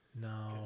No